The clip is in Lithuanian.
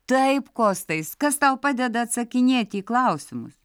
taip kostai kas tau padeda atsakinėti į klausimus